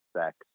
sex